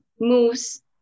moves